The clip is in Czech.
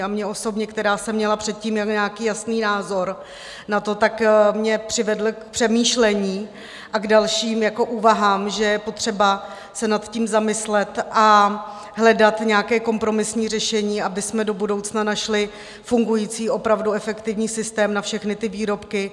A mně osobně, která jsem měla předtím nějaký jasný názor na to, mě přivedli k přemýšlení a k dalším úvahám, že je potřeba se nad tím zamyslet a hledat nějaké kompromisní řešení, abychom do budoucna našli fungující, opravdu efektivní systém na všechny ty výrobky.